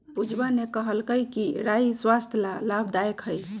पूजवा ने कहल कई कि राई स्वस्थ्य ला लाभदायक हई